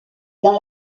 dans